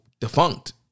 defunct